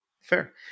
Fair